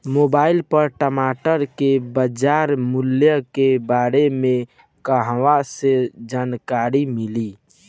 Mobile पर टमाटर के बजार मूल्य के बारे मे कहवा से जानकारी मिली?